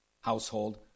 household